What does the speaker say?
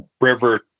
river